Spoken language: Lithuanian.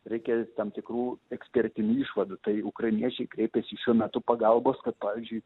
reikia tam tikrų ekspertinių išvadų tai ukrainiečiai kreipiasi šiuo metu pagalbos kad pavyzdžiui